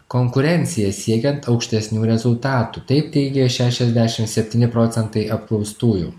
konkurencija siekiant aukštesnių rezultatų taip teigė šešiasdešimt septyni procentai apklaustųjų